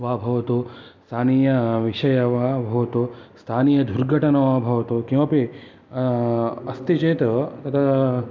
वा भवतु स्थानीयविषयः वा भवतु स्थानीयदुर्घटना वा भवतु किमपि अस्ति चेत् तदा